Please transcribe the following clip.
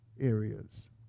areas